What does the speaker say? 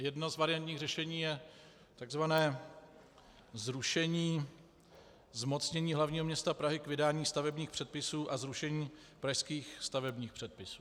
Jedno z variantních řešení je takzvané zrušení zmocnění hlavního města Prahy k vydání stavebních předpisů a zrušení pražských stavebních předpisů.